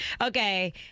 Okay